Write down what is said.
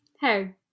Hey